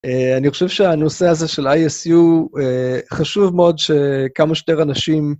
אני חושב שהנושא הזה של ISU, חשוב מאוד שכמה שיותר אנשים...